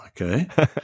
okay